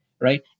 right